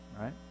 right